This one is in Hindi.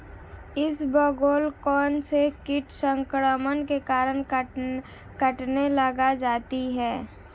इसबगोल कौनसे कीट संक्रमण के कारण कटने लग जाती है?